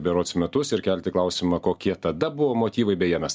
berods metus ir kelti klausimą kokie tada buvo motyvai beje mes